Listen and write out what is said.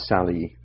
Sally